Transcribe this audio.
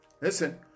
listen